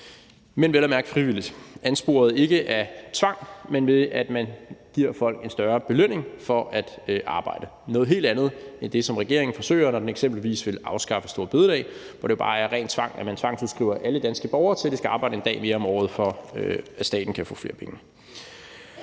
men vel at mærke frivilligt – ansporet ikke af tvang, men ved at man får en større belønning for at arbejde. Det er noget helt andet end det, som regeringen forsøger, når den eksempelvis vil afskaffe store bededag, hvor der jo bare at tale om ren tvang, når man tvangsudskriver alle danske borgere til at arbejde en dag mere om året, for at staten kan få flere penge.